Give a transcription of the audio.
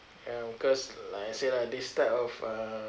ya because like I said lah this type of uh